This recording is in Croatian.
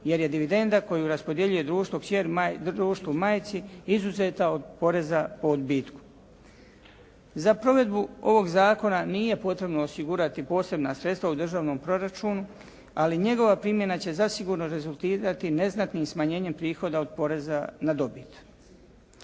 jer je dividenda koju raspodjeljuje društvo majci izuzeta od poreza po odbitku. Za provedbu ovoga zakona nije potrebno osigurati posebna sredstva u državnom proračunu ali njegova primjena će zasigurno rezultirati neznatnim smanjenjem prihoda od poreza na dobit.